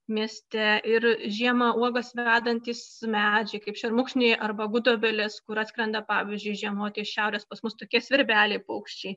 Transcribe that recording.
mieste ir žiemą uogas vedantys medžiai kaip šermukšniai arba gudobelės kur atskrenda pavyzdžiui žiemoti iš šiaurės pas mus tokie svirbeliai paukščiai